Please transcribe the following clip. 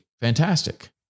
fantastic